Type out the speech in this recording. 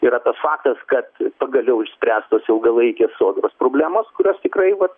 yra tas faktas kad pagaliau išspręstos ilgalaikės sodros problemos kurios tikrai va